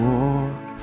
walk